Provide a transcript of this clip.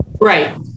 Right